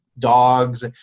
dogs